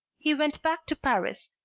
he went back to paris,